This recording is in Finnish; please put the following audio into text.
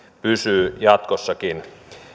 pysyy jatkossakin